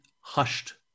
hushed